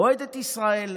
אוהדת ישראל,